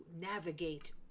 navigate